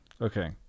okay